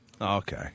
Okay